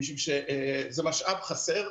זה משאב חסר,